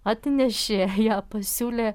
atnešė ją pasiūlė